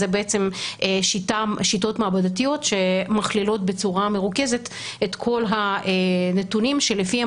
זה שיטות מעבדתיות שמכלילות בצורה מרוכזת את כל הנתונים שלפיהם